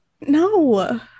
no